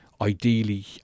ideally